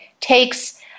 takes